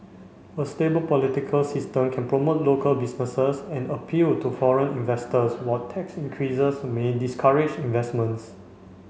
a stable political system can promote local businesses and appeal to foreign investors while tax increases may discourage investments